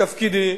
מתפקידי,